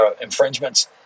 infringements